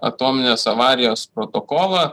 atominės avarijos protokolą